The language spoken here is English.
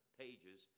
pages